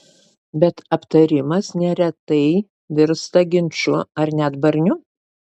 bet aptarimas neretai virsta ginču ar net barniu